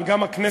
אבל גם הכנסת,